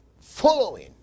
following